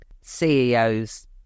CEOs